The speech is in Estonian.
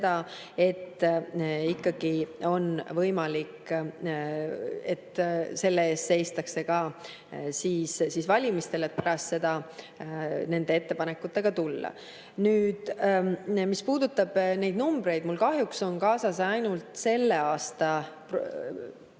et on võimalik, et selle eest seistakse valimistel ja pärast seda saab nende ettepanekutega tulla. Nüüd, mis puudutab neid numbreid, siis mul kahjuks on kaasas ainult selle aasta prognoos